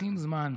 שלוקחים זמן.